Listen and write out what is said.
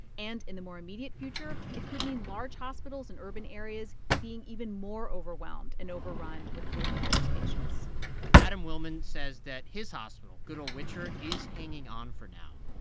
and in the more immediate future, it could mean large hospitals in urban areas being even more overwhelmed and overrun with coronavirus patients adam willmann says that his hospital, goodall-witcher, is hanging on for now.